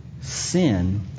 sin